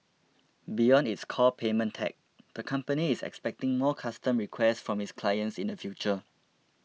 beyond its core payment tech the company is expecting more custom requests from its clients in the future